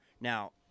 Now